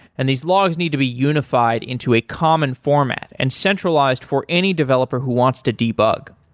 and these logs need to be unified into a common format and centralized for any developer who wants to debug.